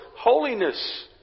holiness